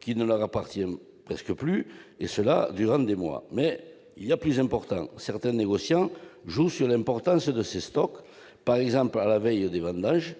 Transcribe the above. qui ne leur appartient plus, et cela durant des mois. Mais il y a plus important : certains négociants jouent sur l'importance de ces stocks, à la veille des vendanges,